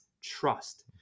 trust